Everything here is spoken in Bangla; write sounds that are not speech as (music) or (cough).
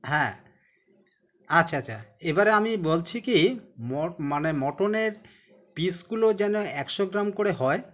হ্যাঁ আচ্ছা আচ্ছা এবারে আমি বলছি কি (unintelligible) মানে মটনের পিসগুলো যেন একশো গ্রাম করে হয়